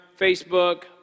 Facebook